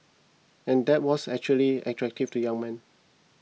and that was actually attractive to young men